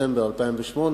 בספטמבר 2008,